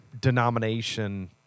denomination